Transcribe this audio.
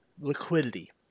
Liquidity